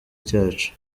cyacu